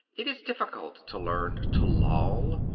it is difficult to learn to loll.